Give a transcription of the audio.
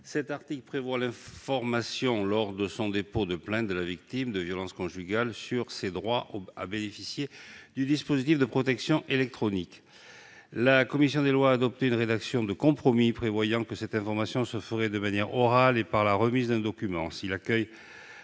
L'article 5 prévoit, lors du dépôt de plainte, l'information de la victime de violences conjugales sur ses droits à bénéficier du dispositif de protection électronique. La commission des lois a adopté une rédaction de compromis prévoyant que cette information se ferait de manière orale et par la remise d'un document.